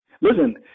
Listen